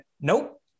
Nope